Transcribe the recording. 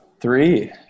Three